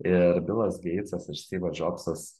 ir bilas geitsas ir styvas džobsas